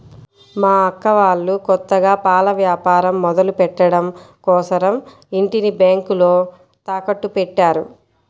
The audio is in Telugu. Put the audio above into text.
మా అక్క వాళ్ళు కొత్తగా పాల వ్యాపారం మొదలుపెట్టడం కోసరం ఇంటిని బ్యేంకులో తాకట్టుపెట్టారు